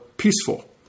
peaceful